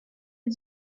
and